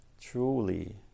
truly